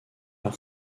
par